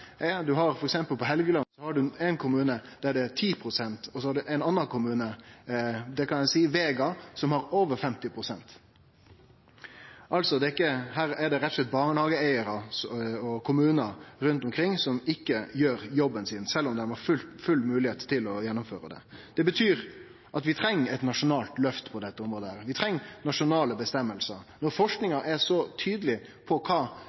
Du har f.eks. på Helgeland ein kommune der det er 10 pst. Så har vi ein annan kommune, Vega, som har over 50 pst. Her er det rett og slett barnehageeigarar og kommunar rundt omkring som ikkje gjer jobben sin, sjølv om det er fullt mogleg for dei å gjennomføre det. Det betyr at vi treng eit nasjonalt løft på dette området. Vi treng nasjonale reglar. Når forskinga er så tydeleg på kva